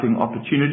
opportunities